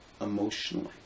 emotionally